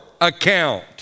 account